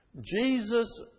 Jesus